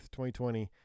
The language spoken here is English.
2020